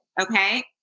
okay